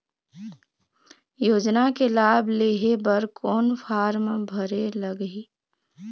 योजना के लाभ लेहे बर कोन फार्म भरे लगही?